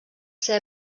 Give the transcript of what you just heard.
ser